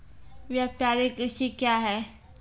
व्यापारिक कृषि क्या हैं?